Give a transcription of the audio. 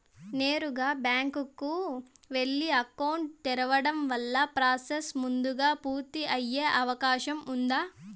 నేరుగా బ్యాంకు కు వెళ్లి అకౌంట్ తెరవడం వల్ల ప్రాసెస్ ముందుగా పూర్తి అయ్యే అవకాశం ఉందా?